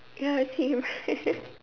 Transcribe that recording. ya same